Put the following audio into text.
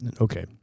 Okay